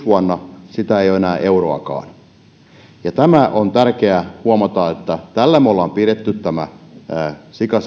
vuonna kaksikymmentäyksi sitä ei ole enää euroakaan ja tämä on tärkeä huomata että tällä me olemme pitäneet sika